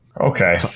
Okay